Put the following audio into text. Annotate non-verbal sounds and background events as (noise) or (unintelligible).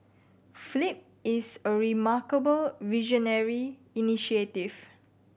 flip is a remarkably visionary (unintelligible)